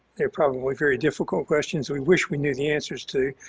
problem with very difficult questions we wish we knew the answers to.